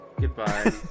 goodbye